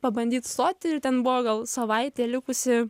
pabandyt stoti ir ten buvo gal savaitė likusi